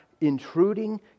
intruding